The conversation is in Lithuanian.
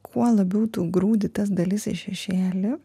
kuo labiau tu grūdi tas dalis į šešėlį